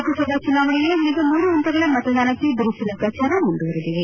ಲೋಕಸಭಾ ಚುನಾವಣೆಯ ಉಳಿದ ಮೂರು ಪಂತಗಳ ಮತದಾನಕ್ಕೆ ಬಿರುಸಿನ ಪ್ರಚಾರ ಮುಂದುವರೆದಿದೆ